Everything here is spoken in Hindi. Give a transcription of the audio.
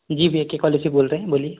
जी भैया ए के कॉलेज से बोल रहे हैं बोलिए